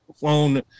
phone